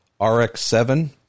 RX-7